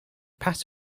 passed